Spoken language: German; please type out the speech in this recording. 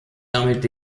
damit